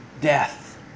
death